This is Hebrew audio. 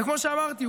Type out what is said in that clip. וכמו שאמרתי,